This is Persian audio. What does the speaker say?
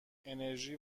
انِرژی